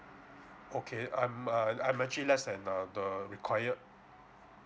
okay I'm uh I'm actually less than uh the required